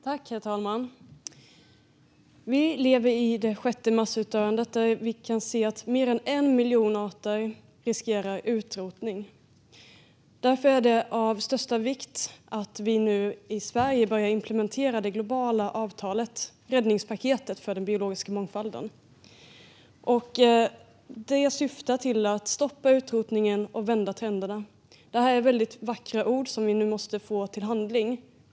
Herr talman! Vi lever i det sjätte massutdöendet, där vi kan se att mer än 1 miljon arter riskerar utrotning. Därför är det av största vikt att vi nu i Sverige börjar implementera det globala avtalet, räddningspaketet, för den biologiska mångfalden. Det syftar till att stoppa utrotningen och vända trenderna. Det är väldigt vackra ord som vi nu måste få till handling.